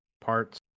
parts